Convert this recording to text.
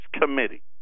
Committee